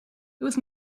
was